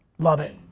love it.